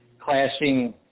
clashing